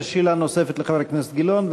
יש שאלה נוספת לחבר הכנסת גילאון,